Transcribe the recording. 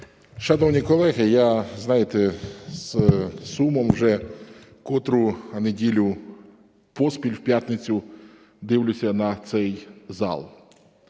Шановні колеги, я, знаєте, з сумом вже котру неділю поспіль в п'ятницю дивлюся на цей зал.